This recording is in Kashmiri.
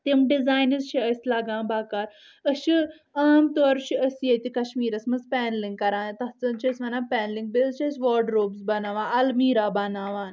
تِم ڈزاینٕز چھِ اسۍ لگان بکار أسۍ چھِ عام طور چھِ أسۍ ییٚتہِ کشمیٖرس منٛز پیٚنلنگ کران تتھ زَن چھِ أسۍ ونان پینلِنگ بییٚہِ حظ چھِ أسۍ واڑ روبٕس بناوان المیٖرا بناوان